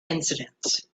incidents